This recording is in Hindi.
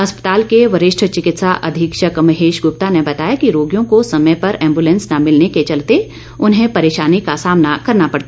अस्पताल के वरिष्ठ चिकित्सा अधीक्षक महेश गुप्ता ने बताया कि रोगियों को समय पर एम्बुलेंस न मिलने के चलते उन्हें परेशानी का सामना करना पड़ता था